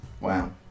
wow